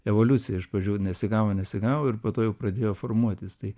evoliucija iš pradžių nesigavo nesigavo ir po to jau pradėjo formuotis tai